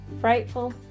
Frightful